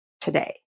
today